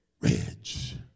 Ridge